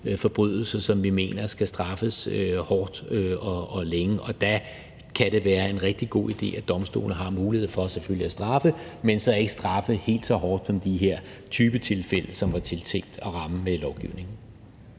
forbrydelse, som vi mener skal straffes hårdt og længe. Og der kan det være en rigtig god idé, at domstolene har mulighed for selvfølgelig at straffe, men så ikke straffe helt så hårdt som de her typer af tilfælde, som det var tiltænkt at ramme med lovgivningen.